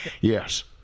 Yes